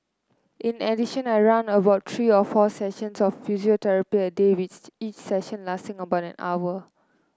in addition I run about three or four sessions of physiotherapy a day with each session lasting about an hour